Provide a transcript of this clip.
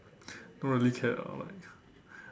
don't really care ah like